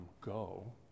go